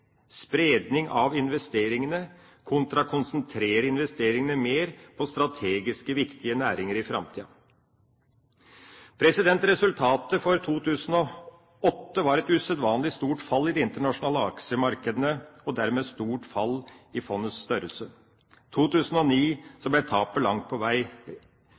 spredning av investeringene kontra å konsentrere investeringene mer på strategisk viktige næringer i framtida. Resultatet for 2008 var et usedvanlig stort fall i de internasjonale aksjemarkedene og dermed et stort fall i fondets størrelse. I 2009 ble tapet langt på vei